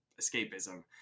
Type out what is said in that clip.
escapism